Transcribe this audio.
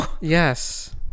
Yes